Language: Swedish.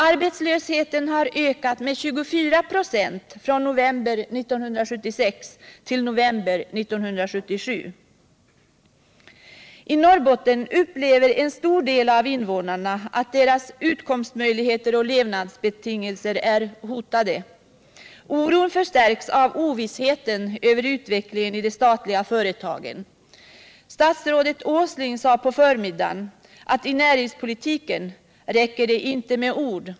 Arbetslösheten har ökat med 24 96 från november 1976 till november 1977. I Norrbotten upplever en stor del av invånarna att deras utkomstmöjligheter och levnadsbetingelser är hotade. Oron förstärks av Ovissheten över utvecklingen i de statliga företagen. Statsrådet Åsling sade på förmiddagen att i näringspolitiken räcker det inte med ord.